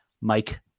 Mike